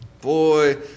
Boy